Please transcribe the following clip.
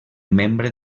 membre